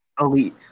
elite